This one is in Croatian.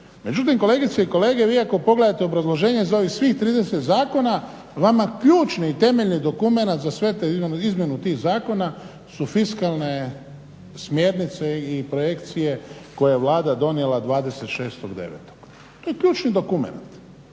Međutim, kolegice i kolege vi ako pogledate obrazloženje za ovih svih 30 zakona vama ključni i temeljni dokumenat za sve te, izmjenu tih zakona su fiskalne smjernice i projekcije koje je Vlada donijela 26.9. To je ključni dokumenat.